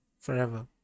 forever